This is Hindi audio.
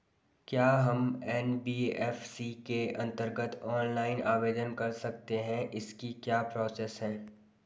क्या हम एन.बी.एफ.सी के अन्तर्गत ऑनलाइन आवेदन कर सकते हैं इसकी क्या प्रोसेस है?